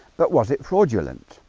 that was it fraudulent.